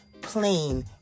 plain